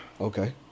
okay